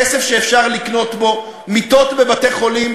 כסף שאפשר לקנות בו מיטות בבתי-חולים